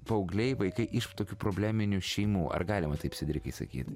paaugliai vaikai iš tokių probleminių šeimų ar galima taip sedrikai sakyt